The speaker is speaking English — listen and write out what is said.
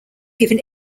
given